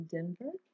Denver